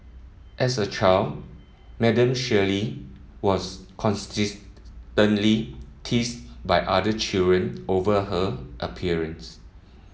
as a child Madam Shirley was constantly teased by other children over her appearance